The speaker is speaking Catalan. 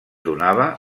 donava